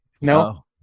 No